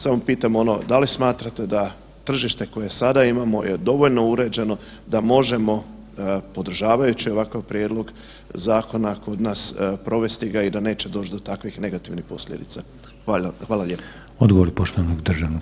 Samo pitam ono da li smatrate da tržište koje sada imamo je dovoljno uređeno da možemo podržavajući ovakav prijedlog zakona kod nas provesti ga i da neće doć do takvih negativnih posljedica?